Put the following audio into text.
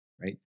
right